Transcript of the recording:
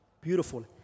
beautiful